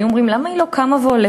היו אומרים: למה היא לא קמה והולכת?